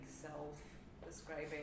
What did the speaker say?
self-describing